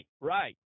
right